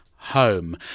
Home